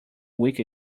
week